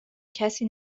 کسی